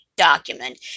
document